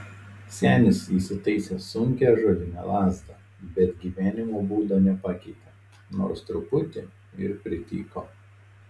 senis įsitaisė sunkią ąžuolinę lazdą bet gyvenimo būdo nepakeitė nors truputį ir prityko